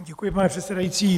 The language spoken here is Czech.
Děkuji, pane předsedající.